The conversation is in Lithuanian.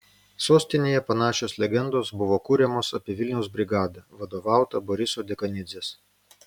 sostinėje panašios legendos buvo kuriamos apie vilniaus brigadą vadovautą boriso dekanidzės